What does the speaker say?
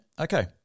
Okay